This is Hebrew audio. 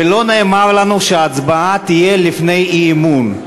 ולא נאמר לנו שההצבעה תהיה לפני האי-אמון.